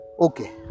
okay